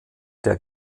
der